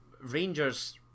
Rangers